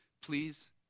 please